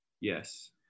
Yes